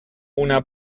una